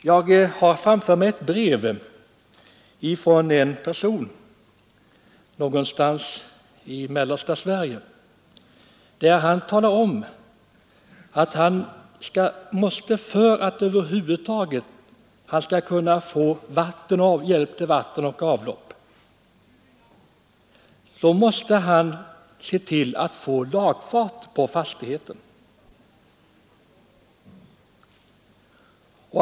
Jag har framför mig ett brev från en person i mellersta Sverige. För att över huvud taget få hjälp till vatten och avlopp måste han se till att få lagfart på fastigheten.